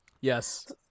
Yes